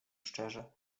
szczerze